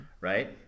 right